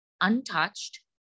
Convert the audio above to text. untouched